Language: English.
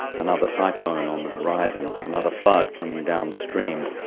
another cyclone on the horizon, another flood coming downstream,